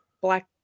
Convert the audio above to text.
black